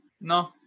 no